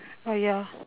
oh ya